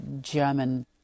German